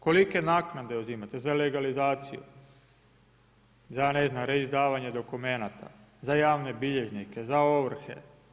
Kolike naknade uzimate za legalizaciju, za ne znam, reizdavanje dokumenata, za javne bilježnike, za ovrhe?